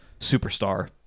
superstar